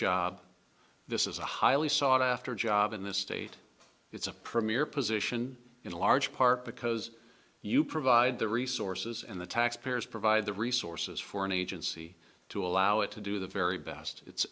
job this is a highly sought after job in this state it's a premier position in large part because you provide the resources and the taxpayers provide the resources for an agency to allow it to do the very best it's